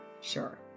Sure